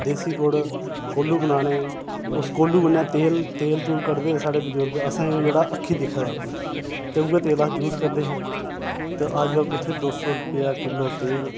देसी गुड़ कोह्लू बनाने उस कोह्लू कन्नै तेल तेल तुल कढदे हे साढ़े बजुर्ग असें बी जेह्ड़ा अक्खीं दिक्खे दा अपने ते उ'ऐ तेल अस यूज करदे हे ते अजकल कुत्थै दो रपेआ किलो तेल